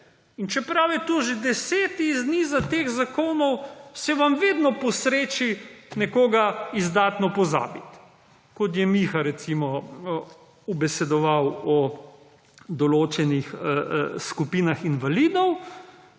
čeprav je to že 10 niz teh zakonov se vam vedno posreči nekoga izdatno pozabiti kot je Miha recimo ubesedoval o določenih skupinah invalidov